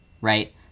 right